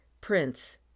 Prince